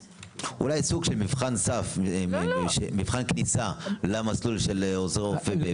אולי סוג של מבחן כניסה למסלול של עוזרי רופא.